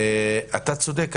אתה צודק אדוני,